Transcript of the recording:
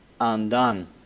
undone